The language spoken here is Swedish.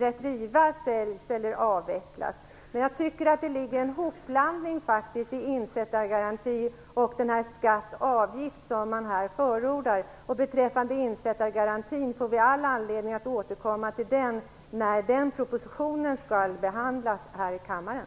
Retriva säljs eller avvecklas. Men jag tycker att man blandar ihop insättargarantin och den skatt/avgift som här förordas. Beträffande insättargarantin får vi all anledning att återkomma till denna när den propositionen skall behandlas här i kammaren.